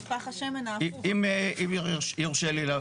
אם יורשה לי,